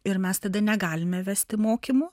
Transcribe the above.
ir mes tada negalime vesti mokymų